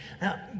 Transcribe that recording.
Now